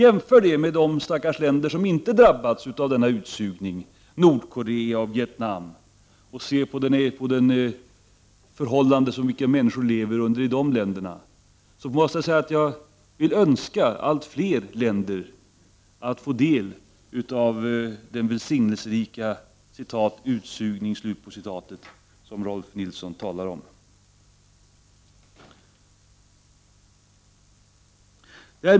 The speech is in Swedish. Jämför det med de stackars länder som inte drabbats av denna ”utsugning” — Nordkorea, Vietnam — och se på under vilka förhållanden människor lever i de länderna! Jag måste säga att jag önskar allt fler länder att få del av den välsignelserika ”utsugning” som Rolf Nilson talar om.